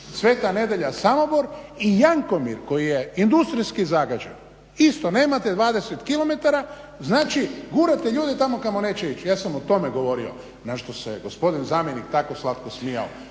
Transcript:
Sv. Nedjelja, Samobor i Jankomir koji je industrijski zagađen, isto nemate 20 kilometara, znači gurate ljude tamo gdje neće ići. Ja sam o tome govorio, na što se gospodin zamjenik tako slatko smijao.